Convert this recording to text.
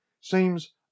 seems